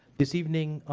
this evening,